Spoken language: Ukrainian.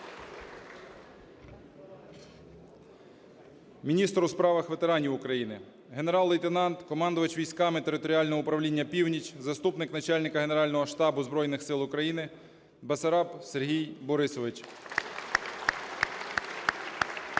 Міністр у справах ветеранів України – генерал-лейтенант, командувач військами територіального управління "Північ", заступник начальника Генерального штабу Збройних Сил України Бессараб Сергій Борисович. (Оплески)